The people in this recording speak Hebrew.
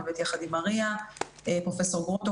אני עובדת יחד עם מריה ופרופ' גרוטו